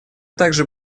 также